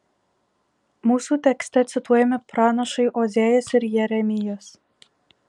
mūsų tekste cituojami pranašai ozėjas ir jeremijas